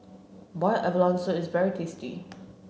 boiled abalone soup is very tasty